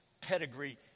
pedigree